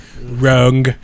Wrong